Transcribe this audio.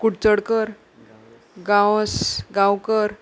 Kudchadkar Gawas Gaonkar